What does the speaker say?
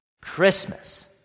Christmas